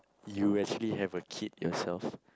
you actually have a kid yourself